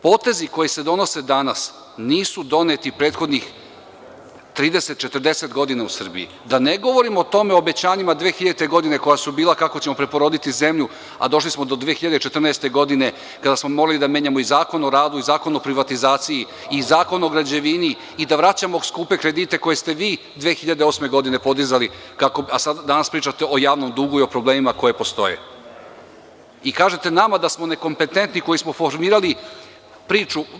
Potezi koji se donose danas nisu doneti prethodnih 30-40 godina u Srbiji, a da ne govorim o obećanjima 2000. godine kako ćemo preporoditi zemlju, a došli smo do 2014. godine, kada smo morali da menjamo i Zakon o radu i Zakon o privatizaciji i Zakon o građevini, i da vraćamo skupe kredite koje ste vi 2008. godine podizali, a danas pričate o javnom dugu i o problemima koji postoje i kažete nama da smo nekompetentni, a mi smo formirali priču.